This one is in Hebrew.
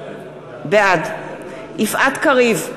בעד יפעת קריב,